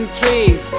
trees